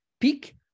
Peak